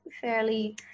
fairly